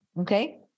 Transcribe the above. Okay